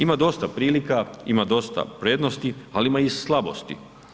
Ima dosta prilika, ima dosta prednosti ali ima i slabosti.